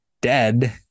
dead